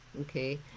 okay